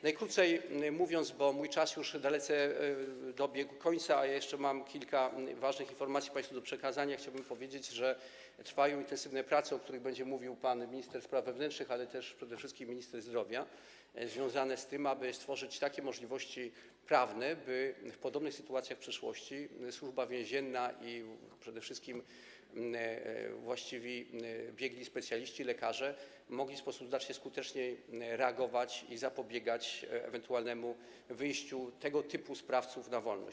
Najkrócej mówiąc, bo mój czas już dalece dobiegł końca, a mam jeszcze kilka ważnych informacji państwu do przekazania, chciałbym powiedzieć, że trwają intensywne prace, o których będzie mówił pan minister spraw wewnętrznych, ale też przede wszystkim minister zdrowia, związane z tym, aby stworzyć takie możliwości prawne, by w podobnych sytuacjach w przyszłości Służba Więzienna i przede wszystkim właściwi biegli specjaliści, lekarze mogli w sposób znacznie skuteczniejszy reagować i zapobiegać ewentualnemu wyjściu tego typu sprawców na wolność.